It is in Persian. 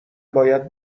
باید